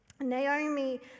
Naomi